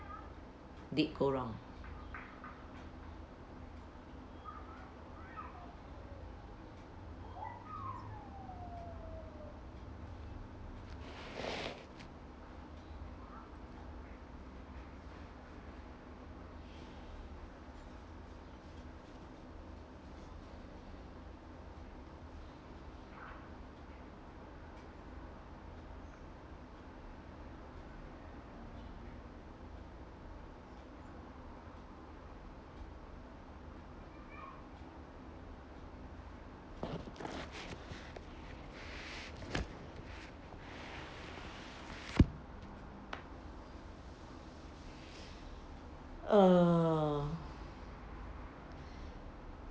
did go wrong uh